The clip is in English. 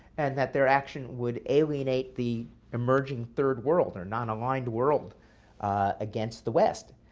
and that their action would alienate the emerging third world or nonaligned world against the west.